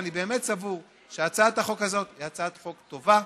ואני באמת סבור שהצעת החוק הזאת היא הצעת חוק טובה,